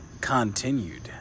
continued